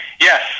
Yes